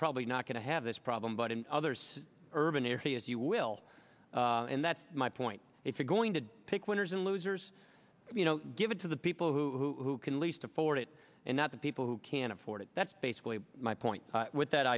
probably not going to have this problem but in others urban areas you will and that's my point going to pick winners and losers you know give it to the people who can least afford it and not the people who can afford it that's basically my point with that